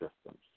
systems